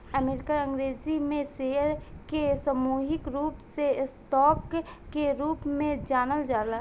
American अंग्रेजी में share के सामूहिक रूप से स्टॉक के रूप में जानल जाला